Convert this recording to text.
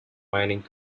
mining